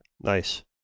Nice